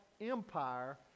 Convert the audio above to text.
empire